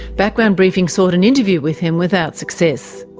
background briefing sought an interview with him without success.